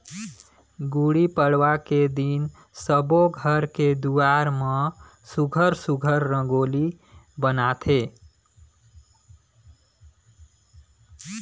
गुड़ी पड़वा के दिन सब्बो घर के दुवार म सुग्घर सुघ्घर रंगोली बनाथे